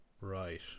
right